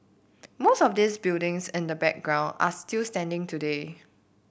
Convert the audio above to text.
most of these buildings in the background are still standing today